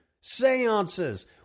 seances